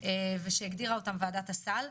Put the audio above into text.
ושהגדירה אותן ועדה הסל,